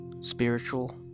Spiritual